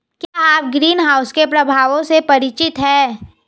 क्या आप ग्रीनहाउस के प्रभावों से परिचित हैं?